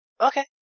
Okay